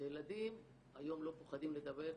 שילדים היום לא פוחדים לדבר.